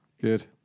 good